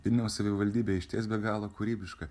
vilniaus savivaldybė išties be galo kūrybiška